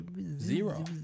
Zero